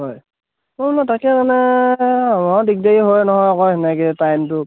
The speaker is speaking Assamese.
হয় অঁ মই তাকে মানে আমাৰো দিগদাৰী হয় নহয় আকৌ তেনেকৈ টাইমটো